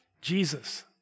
Jesus